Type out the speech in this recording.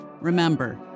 Remember